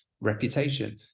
Reputation